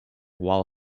while